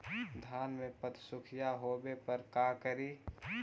धान मे पत्सुखीया होबे पर का करि?